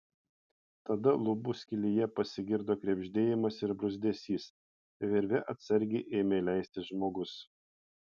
tada lubų skylėje pasigirdo krebždėjimas ir bruzdesys virve atsargiai ėmė leistis žmogus